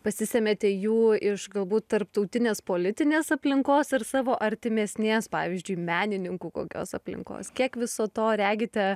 pasisemiate jų iš galbūt tarptautinės politinės aplinkos ir savo artimesnės pavyzdžiui menininkų kokios aplinkos kiek viso to regite